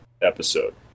episode